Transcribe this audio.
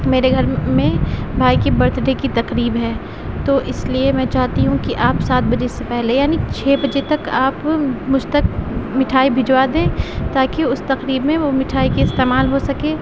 میرے گھر میں بھائی کی برتھ ڈے کی تقریب ہے تو اس لیے میں چاہتی ہوں کہ آپ سات بجے سے پہلے یعنی چھ بجے تک آپ مجھ تک مٹھائی بھجوا دیں تاکہ اس تقریب میں وہ مٹھائی کے استعمال ہو سکے